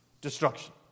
destruction